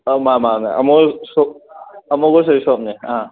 ꯃꯥꯅꯦ ꯃꯥꯅꯦ ꯑꯃꯨꯜ ꯁꯨꯞ ꯑꯃꯨꯕ ꯁꯣꯔꯤ ꯁꯣꯞꯅꯦ